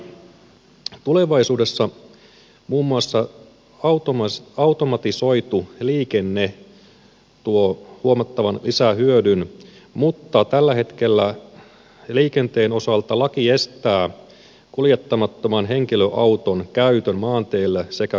tulevaisuudessa muun muassa automatisoitu liikenne tuo huomattavan lisähyödyn mutta tällä hetkellä liikenteen osalta laki estää kuljettamattoman henkilöauton käytön maanteillä sekä kaduilla